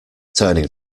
turning